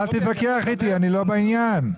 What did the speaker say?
אל תתווכח איתי, אני לא בעניין,